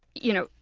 you know,